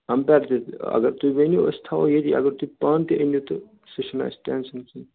اَمپیر تہِ اگر تُہۍ ؤنِِو أسۍ تھاوَو ییٚتی اگر تُہۍ پانہٕ تہِ أنِو تہِ سُہ چھِنہٕ اَسہِ ٹینشن کیٚنٛہہ